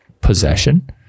possession